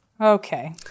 Okay